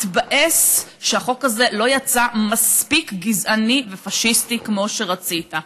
מתבאס שהחוק הזה לא יצא מספיק גזעני ופאשיסטי כמו שרצית,